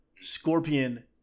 Scorpion